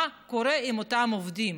מה קורה עם אותם עובדים?